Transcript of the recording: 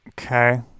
Okay